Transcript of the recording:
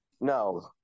no